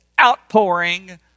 outpouring